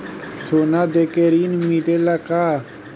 सोना देके ऋण मिलेला का?